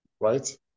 Right